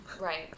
Right